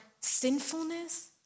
sinfulness